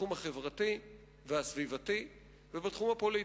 בתחום החברתי והסביבתי, ובתחום הפוליטי.